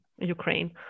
Ukraine